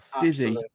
Dizzy